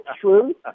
true